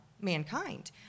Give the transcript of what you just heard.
mankind